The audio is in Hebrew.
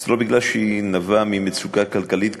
זה לא נבע ממצוקה כלכלית קשה.